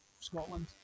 Scotland